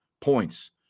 points